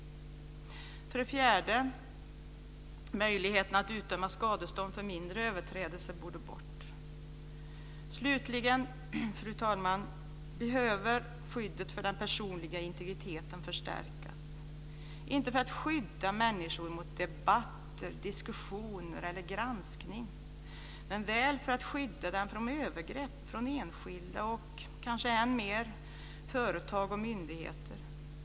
4. Möjligheten att utdöma skadestånd för mindre överträdelser borde bort. Slutligen, fru talman, behöver skyddet för den personliga integriteten förstärkas. Det behövs inte för att skydda människor mot debatter, diskussioner eller granskning men väl för att skydda dem mot övergrepp från enskilda och kanske än mer företag och myndigheter.